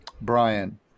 Brian